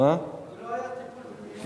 זה לא היה טיפול במיון.